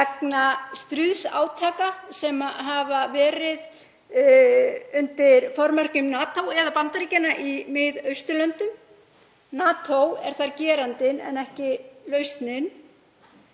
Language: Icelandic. vegna stríðsátaka sem hafa verið undir formerkjum NATO eða Bandaríkjanna í Miðausturlöndum? NATO er þar gerandinn en ekki lausnin.